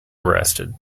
arrested